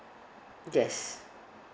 yes